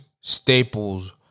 Staples